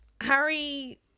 Harry